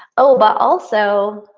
oh but also,